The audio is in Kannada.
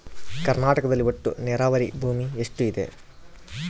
ಕರ್ನಾಟಕದಲ್ಲಿ ಒಟ್ಟು ನೇರಾವರಿ ಭೂಮಿ ಎಷ್ಟು ಇದೆ?